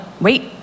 wait